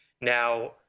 Now